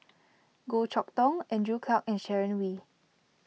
Goh Chok Tong Andrew Clarke and Sharon Wee